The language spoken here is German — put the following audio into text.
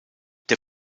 der